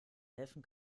helfen